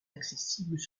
accessibles